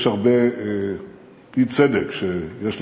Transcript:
יש הרבה אי-צדק שיש לתקן,